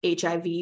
HIV